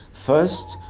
first,